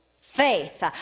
faith